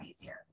easier